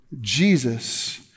Jesus